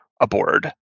aboard